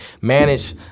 manage